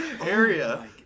area